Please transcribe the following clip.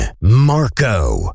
Marco